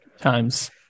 Times